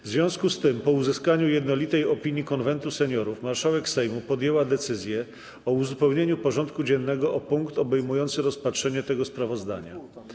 W związku z tym, po uzyskaniu jednolitej opinii Konwentu Seniorów, marszałek Sejmu podjęła decyzję o uzupełnieniu porządku dziennego o punkt obejmujący rozpatrzenie tego sprawozdania.